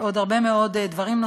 עוד הרבה מאוד דברים,